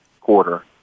quarter